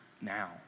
now